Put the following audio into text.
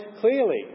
clearly